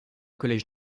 collège